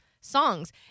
songs